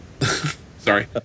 Sorry